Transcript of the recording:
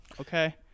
Okay